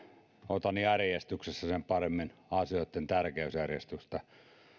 otan tästä järjestyksessä sen paremmin asioitten tärkeysjärjestystä